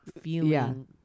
feeling